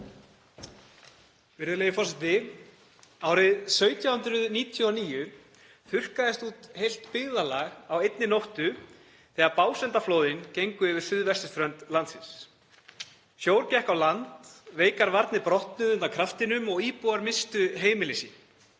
Árið 1799 þurrkaðist út heilt byggðarlag á einni nóttu þegar Básendaflóðin gengu yfir suðvesturströnd landsins. Sjór gekk á land, veikar varnir brotnuðu undan kraftinum og íbúar misstu heimili